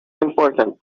important